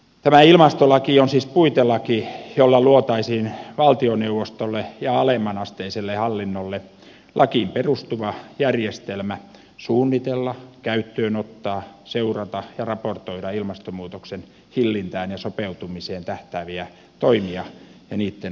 tämä ilmastolaki on siis puitelaki jolla luotaisiin valtioneuvostolle ja alemmanasteiselle hallinnolle lakiin perustuva järjestelmä suunnitella käyttöönottaa seurata ja raportoida ilmastonmuutoksen hillintään ja sopeutumiseen tähtääviä toimia ja niitten vaikuttavuutta